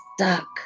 stuck